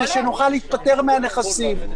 כדי שנוכל להיפטר מהנכסים,